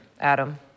Adam